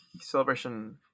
Celebration